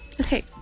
Okay